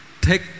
Take